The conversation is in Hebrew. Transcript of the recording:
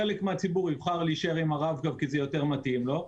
חלק מהציבור יבחר להישאר עם הרב-קו כי זה יותר מתאים לו,